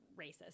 racist